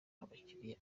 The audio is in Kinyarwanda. abakiriya